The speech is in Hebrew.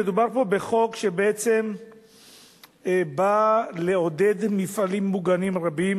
מדובר פה בחוק שבעצם בא לעודד מפעלים מוגנים רבים